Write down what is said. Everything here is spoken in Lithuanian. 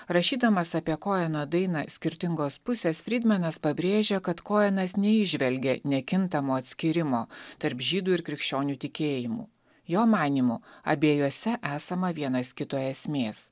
rašydamas apie koeno dainą skirtingos pusės frydmanas pabrėžia kad kojenas neįžvelgia nekintamo atskyrimo tarp žydų ir krikščionių tikėjimų jo manymu abiejuose esama vienas kito esmės